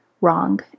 wrong